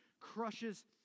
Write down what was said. crushes